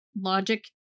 logic